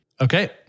Okay